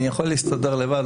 אני יכול להסתדר לבד.